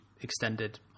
extended